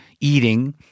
eating